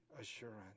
assurance